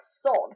sod